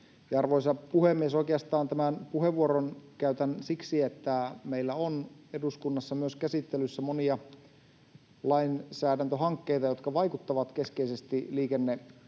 Arvoisa puhemies! Oikeastaan tämän puheenvuoron käytän siksi, että meillä on eduskunnassa käsittelyssä myös monia lainsäädäntöhankkeita, jotka vaikuttavat keskeisesti